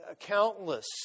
countless